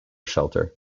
shelter